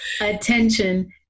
Attention